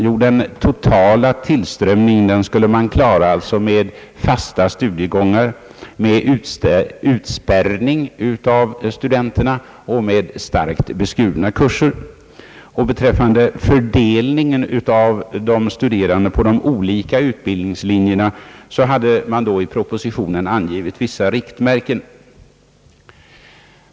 Jo, den totala tillströmningen skulle klaras med fasta studiegångar, med utspärrning av studenterna och med starkt beskurna kurser. Beträffande fördelningen av studerande på de olika utbildningslinjerna hade man då i propositionen angivit vissa riktmärken.